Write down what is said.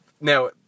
Now